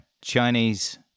Chinese